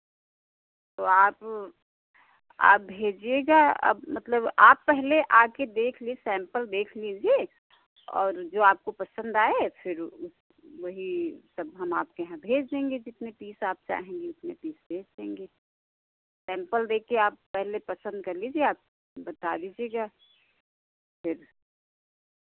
तो आप आप भेजिएगा अब मतलब आप पहले आके देख लिए सैम्पल देख लीजिए और जो आपको पसन्द आए फिर वही सब हम आपके यहाँ भेज देंगे जितने पीस आप चाहेंगी उतने पीस भेज देंगे सैम्पल देख के आप पहले पसन्द कर लीजिए आप बता दीजिएगा फिर